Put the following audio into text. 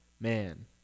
man